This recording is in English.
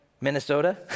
Minnesota